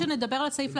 כשנדבר על הסעיף,